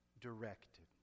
directed